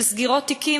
של סגירת תיקים,